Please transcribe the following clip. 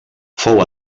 fou